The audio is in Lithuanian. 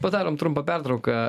padarom trumpą pertrauką